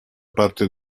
parte